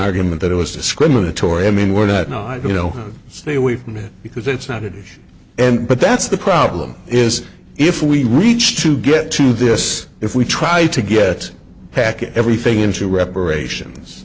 argument that it was discriminatory i mean we're not no you know stay away from it because it's not it and but that's the problem is if we reach to get to this if we try to get pack everything into reparations